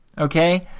Okay